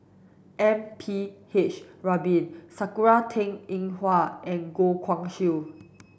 M P H Rubin Sakura Teng Ying Hua and Goh Guan Siew